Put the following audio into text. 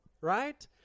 right